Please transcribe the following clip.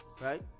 right